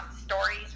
stories